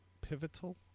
pivotal